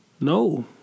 No